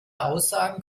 aussagen